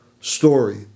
story